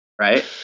right